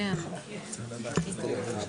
אין נמנעים?